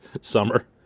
summer